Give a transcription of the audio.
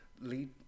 lead